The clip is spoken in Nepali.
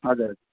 हजुर